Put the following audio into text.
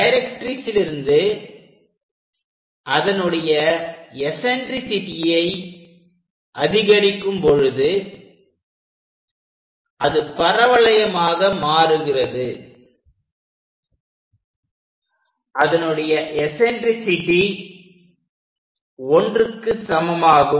டைரக்ட்ரிக்ஸிலிருந்து அதனுடைய எஸன்ட்ரிசிட்டியை அதிகரிக்கும் பொழுது அது பரவளையம் ஆக மாறுகிறது அதனுடைய எஸன்ட்ரிசிட்டி 1க்கு சமமாகும்